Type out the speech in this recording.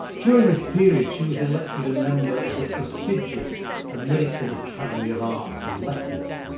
during this period, she was elected a member of the prestigious american academy of arts and letters,